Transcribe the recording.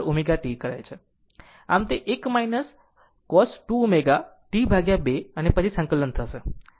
આમ તે 1 cos 2 ω T2 અને પછી સંકલન થશે